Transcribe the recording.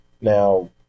Now